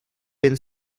been